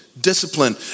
discipline